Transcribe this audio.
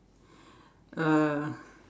uh